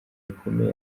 bikomeye